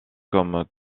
comme